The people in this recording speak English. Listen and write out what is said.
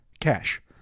cash